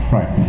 Right